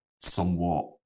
somewhat